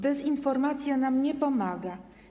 Dezinformacja nam nie pomaga.